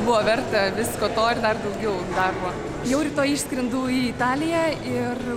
buvo verta visko to ir dar daugiau darbo jau rytoj išskrendu į italiją ir